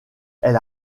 elle